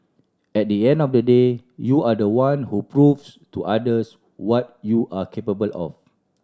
at the end of the day you are the one who proves to others what you are capable of